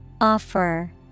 Offer